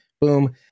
Boom